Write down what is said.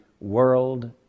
world